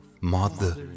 mother